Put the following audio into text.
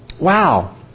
Wow